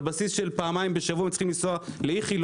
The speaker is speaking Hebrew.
בסיס של פעמיים בשבוע והם צריכים לנסוע לאיכילוב,